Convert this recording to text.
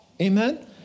Amen